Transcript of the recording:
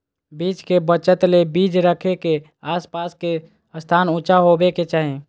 बीज के बचत ले बीज रखे के आस पास के स्थान ऊंचा होबे के चाही